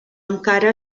encara